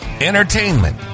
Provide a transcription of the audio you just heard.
entertainment